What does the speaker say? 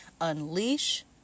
unleash